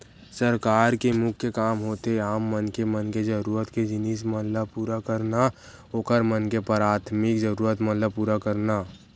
सरकार के मुख्य काम होथे आम मनखे मन के जरुरत के जिनिस मन ल पुरा करना, ओखर मन के पराथमिक जरुरत मन ल पुरा करना